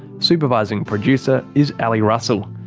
supervising producer is ali russell.